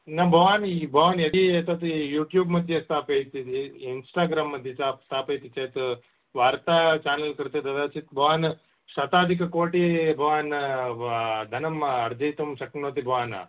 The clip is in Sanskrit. न भवान् भवान् यदि एतत् यूट्यूब् मध्ये स्थापयति इन्स्टाग्राम् मध्ये स्थापयति चेत् वार्ता चानल् कृते तदाचित् भवान् शतादिकोटिः भवान् धनम् अर्जयितुं शक्नोति भवान्